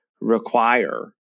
require